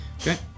Okay